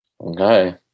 Okay